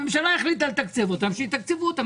אם הממשלה החליטה לתקצב אותם, שתתקצב אותם.